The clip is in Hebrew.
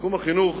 ובתחום החינוך